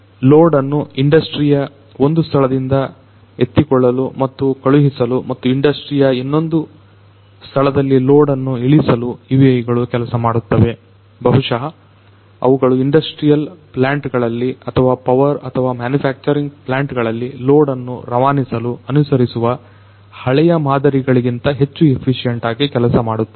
load ಅನ್ನು ಇಂಡಸ್ಟ್ರಿಯ ಒಂದು ಸ್ಥಳದಿಂದ ಎತ್ತಿಕೊಳ್ಳಲು ಮತ್ತು ಕಳುಹಿಸಲು ಮತ್ತು ಇಂಡಸ್ಟ್ರಿಯ ಇನ್ನೊಂದು ಸ್ಥಳದಲ್ಲಿ ಲೋಡನ್ನು ಇಳಿಸಲು UAVಗಳು ಕೆಲಸ ಮಾಡುತ್ತವೆ ಬಹುಶಃ ಅವುಗಳು ಇಂಡಸ್ಟ್ರಿಯಲ್ ಪ್ಲಾಂಟ್ ಗಳಲ್ಲಿ ಅಥವಾ ಪವರ್ ಅಥವಾ ಮ್ಯಾನುಫ್ಯಾಕ್ಚರಿಂಗ್ ಪ್ಲಾಂಟ್ ಗಳಲ್ಲಿ ಲೋಡ್ ಅನ್ನು ರವಾನಿಸಲು ಅನುಸರಿಸುವ ಹಳೆಯ ಮಾದರಿಗಳಿಗಿಂತ ಹೆಚ್ಚು ಎಫಿಸಿಯೆಂಟ್ ಆಗಿ ಕೆಲಸ ಮಾಡುತ್ತವೆ